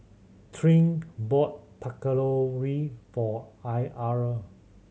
Tyrik bought Patatouille for Ira